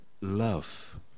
Love